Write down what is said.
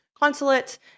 consulate